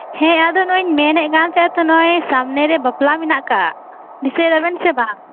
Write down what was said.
ᱦᱮᱸ ᱟᱫᱚ ᱱᱚᱜᱚᱭᱤᱧ ᱢᱮᱱᱮᱫ ᱠᱟᱱᱛᱟᱦᱮᱸᱫᱼᱟ ᱛᱚ ᱱᱚᱜᱚᱭ ᱥᱟᱢᱱᱮᱨᱮ ᱵᱟᱯᱞᱟ ᱢᱮᱱᱟᱜ ᱟᱠᱟᱫ ᱫᱤᱥᱟᱹᱭ ᱫᱟᱵᱮᱱ ᱥᱮ ᱵᱟᱝ